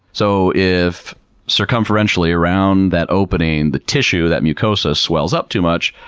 so, if circumferentially around that opening, the tissue, that mucosa, swells up too much,